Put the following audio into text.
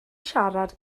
siarad